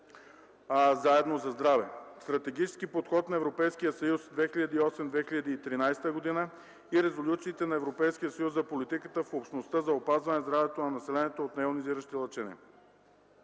Заедно за здраве”, Стратегически подход на Европейския съюз 2008-2013 г., и резолюциите на Европейския съюз за политиката в Общността за опазване на здравето на населението от нейонизиращи лъчения.